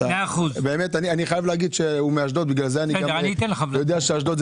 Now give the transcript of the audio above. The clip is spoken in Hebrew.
הוא מאשדוד, בגלל זה אני יודע שאשדוד היא